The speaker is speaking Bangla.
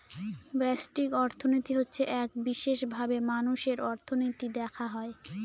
ব্যষ্টিক অর্থনীতি হচ্ছে এক বিশেষভাবে মানুষের অর্থনীতি দেখা হয়